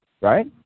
right